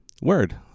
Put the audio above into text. word